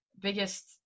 biggest